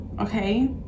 okay